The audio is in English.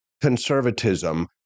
conservatism